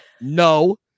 no